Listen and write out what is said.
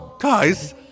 Guys